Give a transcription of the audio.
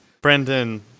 Brendan